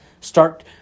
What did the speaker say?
start